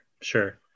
sure